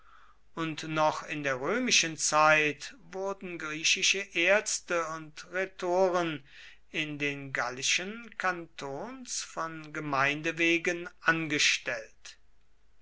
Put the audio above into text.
und noch in der römischen zeit wurden griechische ärzte und rhetoren in den gallischen kantons von gemeinde wegen angestellt